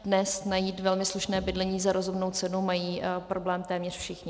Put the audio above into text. Dnes najít velmi slušné bydlení za rozumnou cenu mají problém téměř všichni.